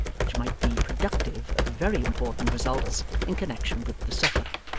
which might be productive of very important results in connexion with the supper.